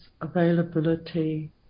availability